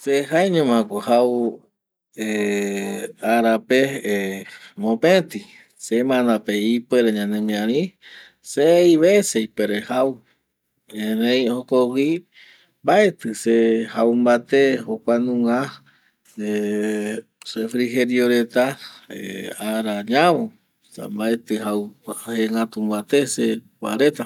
Se jaeño ma ko jau ˂hesitation˃ arape ˂hesitation˃ mopeti semana pe ipuere yanemiari seis vece ipuere jau erei jokogüi mbaeti se jau mbate jokuanunga ˂hesitation˃ refrigerio reta ˂hesitation˃ arañavo esa mbaeti jegätu mbate se kua reta